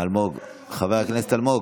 חבר הכנסת אלמוג,